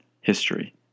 history